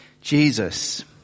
Jesus